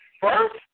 first